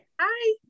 Hi